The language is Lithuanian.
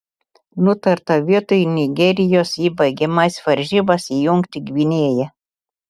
nutarta vietoj nigerijos į baigiamąsias varžybas įjungti gvinėją